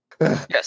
yes